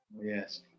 Yes